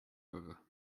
over